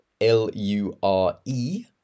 L-U-R-E